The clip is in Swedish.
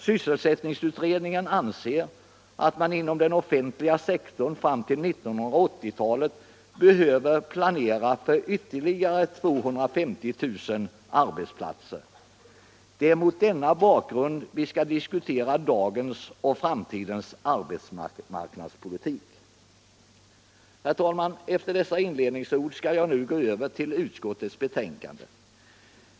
Sysselsättningsutredningen anser att man inom den offentliga sektorn fram till 1980-talet behöver planera för ytterligare 250 000 arbetsplatser. Det är mot denna bakgrund vi skall diskutera dagens och framtidens arbetsmarknadspolitik. Herr talman! Efter dessa inledningsord skall iag nu gå över till utskottets betänkande.